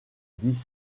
dix